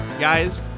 Guys